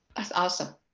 ah awesome.